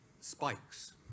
spikes